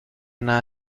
nada